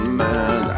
man